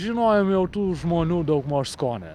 žinojom jau tų žmonių daugmaž skonį